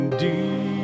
deep